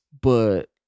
But-